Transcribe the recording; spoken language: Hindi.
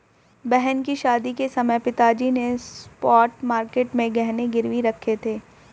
बहन की शादी के समय पिताजी ने स्पॉट मार्केट में गहने गिरवी रखे थे